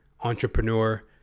entrepreneur